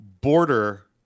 Border